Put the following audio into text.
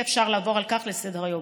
ואי-אפשר לעבור על כך לסדר-היום.